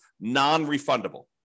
non-refundable